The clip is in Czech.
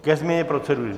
Ke změně procedury.